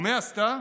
ומה עשתה?